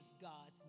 God's